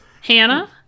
Hannah